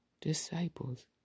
disciples